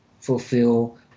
fulfill